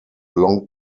long